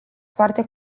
foarte